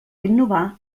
innovar